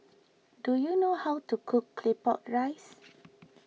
do you know how to cook Claypot Rice